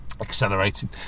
Accelerating